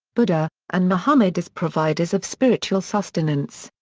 buddha, and muhammad as providers of spiritual sustenance.